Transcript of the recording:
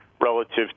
relative